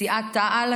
מסיעת תע"ל,